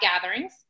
gatherings